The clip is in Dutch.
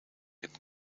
een